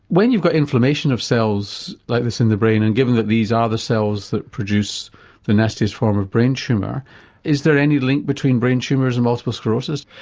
when you've got inflammation of cells like this in the brain and given that these are the cells that produce the nastiest form of brain tumour is there any link between brain tumours and multiple sclerosis?